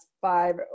five